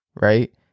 right